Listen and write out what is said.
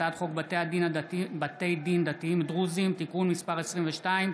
הצעת חוק בתי הדין הדתיים הדרוזיים (תיקון מס' 22),